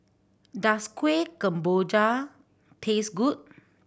does Kueh Kemboja taste good